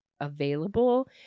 available